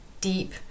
deep